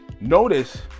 notice